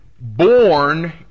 born